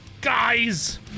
guys